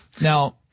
Now